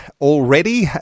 already